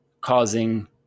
causing